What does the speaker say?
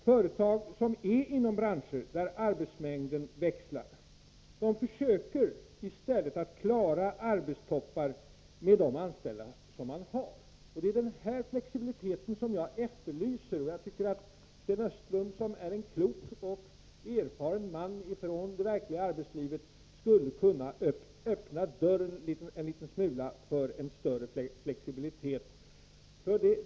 Företag inom branscher där arbetsmängden växlar försöker att klara arbetstoppar med de anställda som företagen har i stället för att anställa ytterligare. Det är en flexibilitet som jag efterlyser, och jag tycker att Sten Östlund, som är en klok man med erfarenhet från det verkliga arbetslivet, borde kunna öppna dörren en liten smula för större flexibilitet.